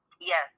yes